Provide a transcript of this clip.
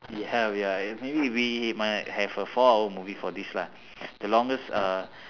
he have ya uh maybe if we might have a four hour movie for this lah the longest uh